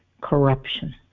corruption